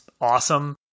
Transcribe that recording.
awesome